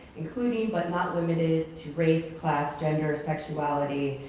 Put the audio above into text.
including, but not limited to race, class, gender, sexuality,